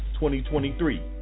2023